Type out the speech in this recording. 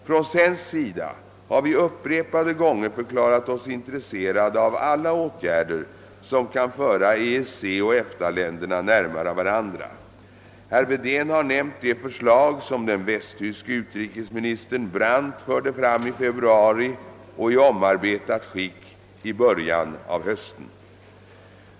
Från svensk sida har vi upprepade gånger förklarat oss intresserade av alla åtgärder som kan föra EEC och EFTA länderna närmare varandra. Herr Wedén har nämnt de förslag som den västtyske utrikesministern Brandt förde fram i februari och i omarbetat skick i början av hösten.